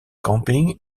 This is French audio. camping